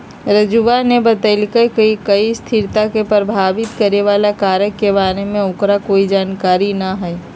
राजूवा ने बतल कई कि स्थिरता के प्रभावित करे वाला कारक के बारे में ओकरा कोई जानकारी ना हई